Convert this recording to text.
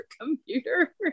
computer